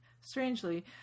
Strangely